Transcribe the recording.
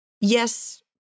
yes